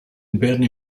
bernie